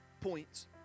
points